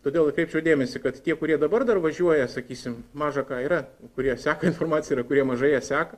todėl atkreipčiau dėmesį kad tie kurie dabar dar važiuoja sakysim maža ką yra kurie seka informaciją yra kurie mažai ją seka